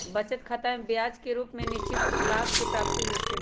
बचत खतामें ब्याज के रूप में निश्चित लाभ के प्राप्ति होइ छइ